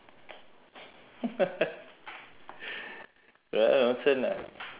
that one nonsense lah